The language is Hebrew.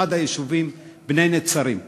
ואחד היישובים הוא בני-נצרים,